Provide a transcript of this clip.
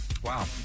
Wow